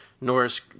Norris